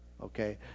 okay